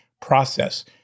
process